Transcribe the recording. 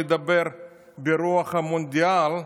לדבר ברוח המונדיאל: